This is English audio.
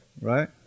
Right